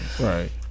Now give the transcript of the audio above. Right